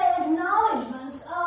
acknowledgments